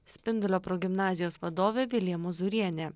spindulio progimnazijos vadovė vilija mozurienė